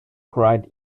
cried